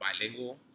bilingual